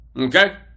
okay